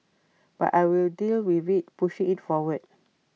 but I will deal with IT pushing IT forward